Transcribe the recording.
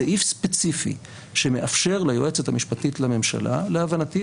סעיף ספציפי שמאפשר ליועצת המשפטית לממשלה להבנתי,